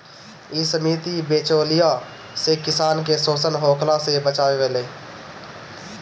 इ समिति बिचौलियों से किसान के शोषण होखला से बचावेले